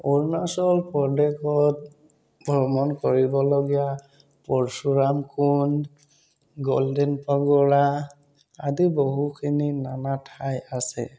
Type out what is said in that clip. অৰুণাচল প্ৰদেশত ভ্ৰমণ কৰিবলগীয়া পৰশুৰাম কুণ্ড গ'ল্ডেন পেগডা আদি বহুখিনি নানা ঠাই আছে